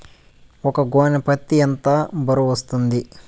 ఒక గోనె పత్తి ఎంత బరువు వస్తుంది?